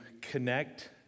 connect